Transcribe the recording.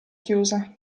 chiusa